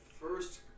first